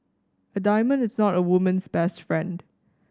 a diamond is not a woman's best friend